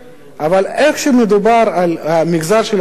אבל כשמדובר על המגזר של ערביי ישראל,